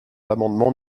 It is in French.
l’amendement